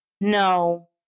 no